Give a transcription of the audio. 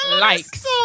likes